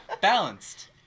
balanced